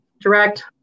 direct